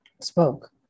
spoke